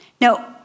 Now